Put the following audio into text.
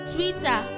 Twitter